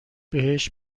بهش